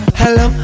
hello